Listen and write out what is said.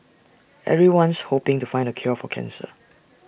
everyone's hoping to find the cure for cancer